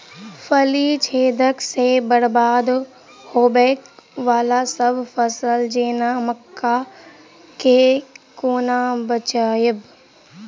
फली छेदक सँ बरबाद होबय वलासभ फसल जेना मक्का कऽ केना बचयब?